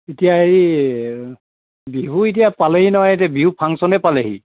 এতিয়া হেৰি বিহু এতিয়া পালেহি নহয় এতিয়া বিহু ফাংচনেই পালেহি